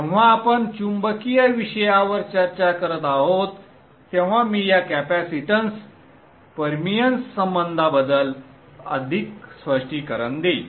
जेव्हा आपण चुंबकीय विषयावर चर्चा करत आहोत तेव्हा मी या कॅपॅसिटन्स परमिअन्स संबंधाबद्दल अधिक स्पष्टीकरण देईन